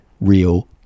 real